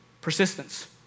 Persistence